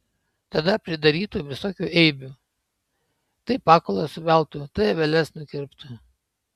tada pridarytų visokių eibių tai pakulas suveltų tai aveles nukirptų